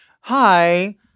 Hi